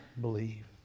believe